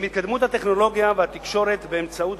עם התקדמות הטכנולוגיה והתקשורת באמצעות